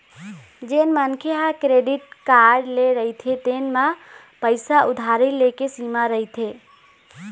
जेन मनखे ह क्रेडिट कारड ले रहिथे तेन म पइसा उधारी ले के सीमा रहिथे